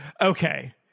okay